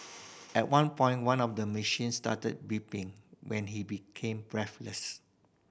at one point one of the machines started beeping when he became breathless